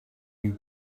you